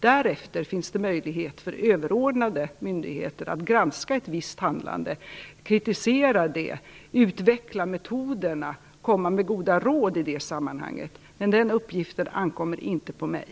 Därefter finns det möjlighet för överordnade myndigheter att granska ett visst handlande, kritisera det, utveckla metoderna och komma med goda råd. Men den uppgiften ankommer inte på mig.